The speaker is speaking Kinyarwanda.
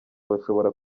bashobora